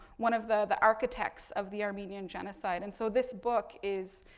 one of the the architects of the armenian genocides. and so, this book is,